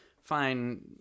fine